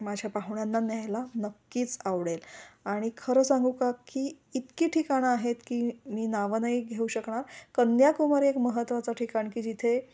माझ्या पाहुण्यांना न्यायला नक्कीच आवडेल आणि खरं सांगू का की इतकी ठिकाणं आहेत की मी नावं नाही घेऊ शकणार कन्याकुमारी एक महत्त्वाचं ठिकाण की जिथे